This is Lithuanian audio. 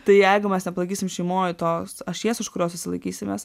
tai jeigu mes nepalaikysim šeimoj tos ašies už kurios visi laikysimės